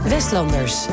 Westlanders